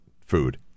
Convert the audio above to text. food